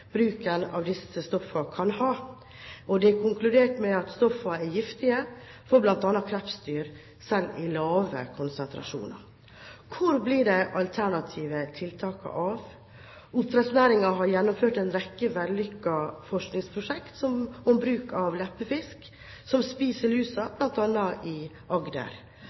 bruken av disse stoffene kan ha, og de har konkludert med at stoffene er giftige for bl.a. krepsdyr, selv i lave konsentrasjoner. Hvor blir de alternative tiltakene av? Oppdrettsnæringen har gjennomført en rekke vellykkede forskningsprosjekter om bruk av leppefisk, som spiser lusa, bl.a. i Agder.